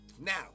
Now